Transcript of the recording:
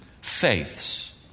faiths